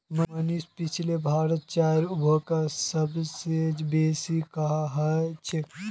मनीष पुछले भारतत चाईर उपभोग सब स बेसी कुहां ह छेक